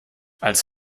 als